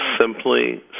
simply